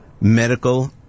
Medical